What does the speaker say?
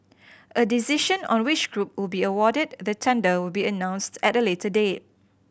a decision on which group will be awarded the tender will be announced at a later date